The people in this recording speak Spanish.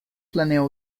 planeó